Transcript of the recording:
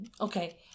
Okay